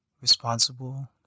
responsible